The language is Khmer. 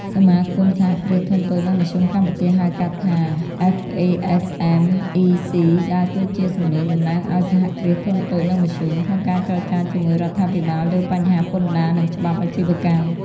សមាគមសហគ្រាសធុនតូច និងមធ្យមកម្ពុជា (ហៅកាត់ថា FASMEC) ដើរតួជាសំឡេងតំណាងឱ្យ សហគ្រាសធុនតូច និងមធ្យម ក្នុងការចរចាជាមួយរដ្ឋាភិបាលលើបញ្ហា "ពន្ធដារ និងច្បាប់អាជីវកម្ម"។